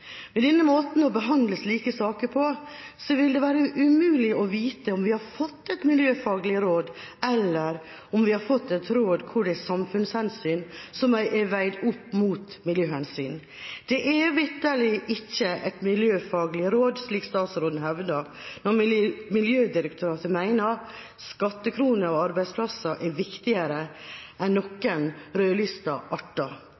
Med denne måten å behandle slike saker på vil det være umulig å vite om vi har fått et miljøfaglig råd, eller om vi har fått et råd der det er samfunnshensyn som er veid opp mot miljøhensyn. Det er vitterlig ikke et miljøfaglig råd, slik statsråden hevder, når Miljødirektoratet mener at skattekroner og arbeidsplasser er viktigere enn noen rødlistede arter.